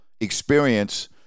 experience